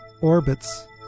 orbits